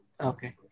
Okay